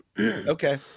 Okay